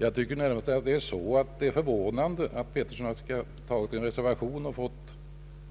Jag tycker närmast att det är förvånande att herr Pettersson avgivit en reservation och fått